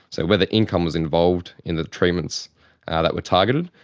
so whether income was involved in the treatments ah that were targeted,